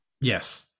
Yes